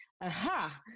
Aha